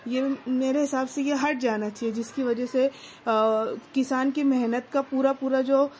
یہ میرے حساب سے یہ ہٹ جانا چاہیے جس کی وجہ سے کسان کی محنت کا پورا پورا جو